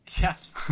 Yes